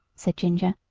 said ginger,